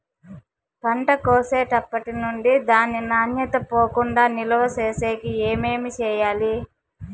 పంట కోసేటప్పటినుండి దాని నాణ్యత పోకుండా నిలువ సేసేకి ఏమేమి చేయాలి?